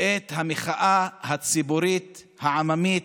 את המחאה הציבורית, העממית,